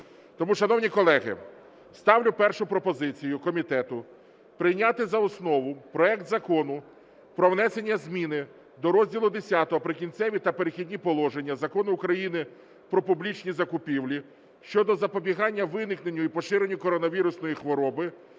Тому, шановні колеги, ставлю першу пропозицію комітету: прийняти за основу проект Закону про внесення зміни до розділу X "Прикінцеві та перехідні положення" Закону України "Про публічні закупівлі" щодо запобігання виникненню і поширенню коронавірусної хвороби